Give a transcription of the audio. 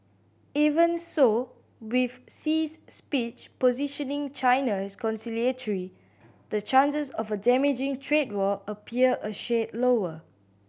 even so with Xi's speech positioning China as conciliatory the chances of a damaging trade war appear a shade lower